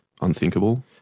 unthinkable